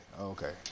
okay